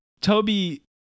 Toby